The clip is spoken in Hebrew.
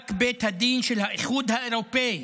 פסק בית הדין של האיחוד האירופי,